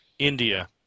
India